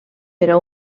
però